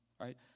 right